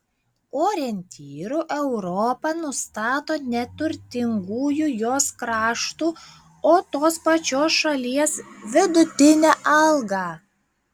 orientyru europa nustato ne turtingųjų jos kraštų o tos pačios šalies vidutinę algą